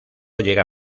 llega